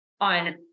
on